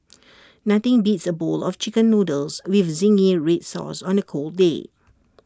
nothing beats A bowl of Chicken Noodles with Zingy Red Sauce on A cold day